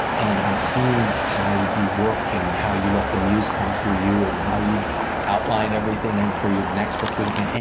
and i'm seeing how you work and how you let the muse come through you and how you outline everything and for your next book you're working on,